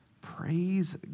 Praise